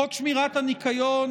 חוק שמירת הניקיון,